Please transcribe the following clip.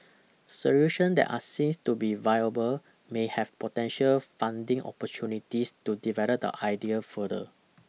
solution that are seen to be viable may have potential funding opportunities to develop the idea further